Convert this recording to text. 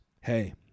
hey